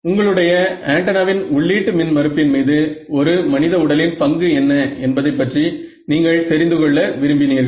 உங்களுடைய ஆன்டென்னாவின் உள்ளீட்டு மின் மறுப்பின் மீது ஒரு மனித உடலின் பங்கு என்ன என்பதைப் பற்றி நீங்கள் தெரிந்துகொள்ள விரும்பினீர்கள்